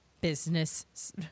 business